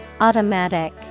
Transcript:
automatic